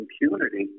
impunity